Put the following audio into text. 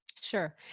Sure